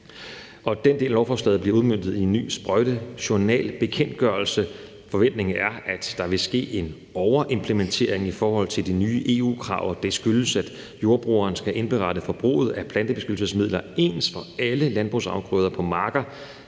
Den del af lovforslaget bliver udmøntet i en ny sprøjtejournalbekendtgørelse. Forventningen er, at der vil ske en overimplementering i forhold til de nye EU-krav, og det skyldes, at jordbrugeren skal indberette forbruget af plantebeskyttelsesmidler ens for alle landbrugsafgrøder på marker,